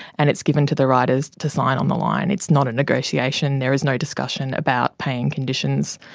and it's given to the riders to sign on the line. it's not a negotiation, there is no discussion about paying conditions.